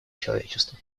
человечество